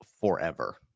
forever